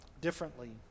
differently